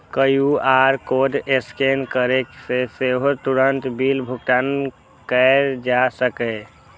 QR code scan करि कें सेहो तुरंत बिल भुगतान कैल जा सकैए